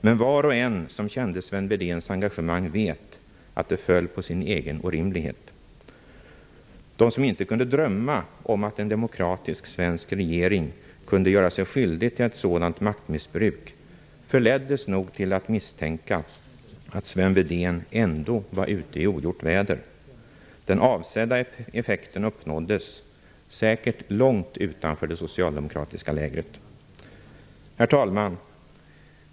Men var och en som kände Sven Wedéns engagemang vet att det föll på sin egen orimlighet. De som inte kunde drömma om att en demokratisk svensk regering kunde göra sig skyldig till ett sådant maktmissbruk förleddes nog till att misstänka att Sven Wedén ändå var ute i ogjort väder. Den avsedda effekten uppnåddes, säkert långt utanför det socialdemokratiska lägret. Herr talman!